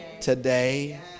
today